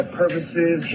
purposes